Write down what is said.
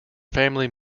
family